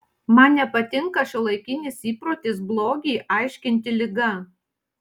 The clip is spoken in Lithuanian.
man nepatinka šiuolaikinis įprotis blogį aiškinti liga